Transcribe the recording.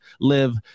live